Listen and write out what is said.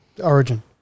Origin